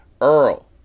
Earl